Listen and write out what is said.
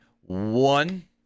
one